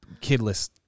kidless